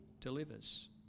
delivers